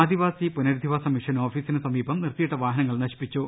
ആദിവാസി പുരനധിവാസ മിഷൻ ഓഫീസിന് സമീപം നിർ ത്തിയിട്ട വാഹനങ്ങൾ നശിപ്പിച്ചു